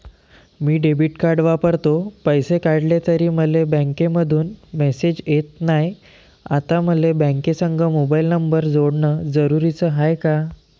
मी debit card वापरतो, पैसे काढले तरी मले बँकेमंधून मेसेज येत नाय, आता मले बँकेसंग मोबाईल नंबर जोडन जरुरीच हाय का?